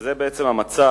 וזה בעצם המצב,